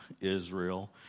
Israel